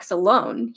alone